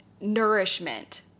nourishment